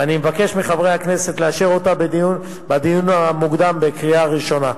ואני מבקש מחברי הכנסת לאשר אותה בקריאה ראשונה.